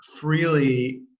freely